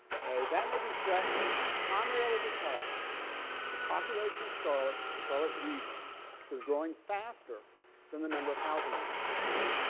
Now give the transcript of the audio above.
that may be threatened primarily because the population of charlotte the charlotte region is growing faster than the number of housing units we have.